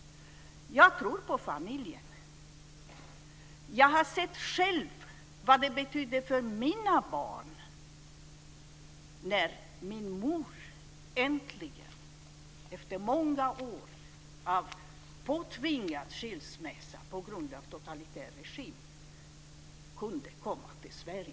Jag tror på familjen. Jag har själv sett vad det betydde för mina barn när min mor äntligen, efter många år av påtvingad skilsmässa på grund av en totalitär regim, kunde komma till Sverige.